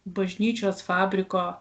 bažnyčios fabriko